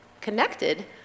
connected